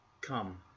Come